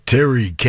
Terry